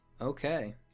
Okay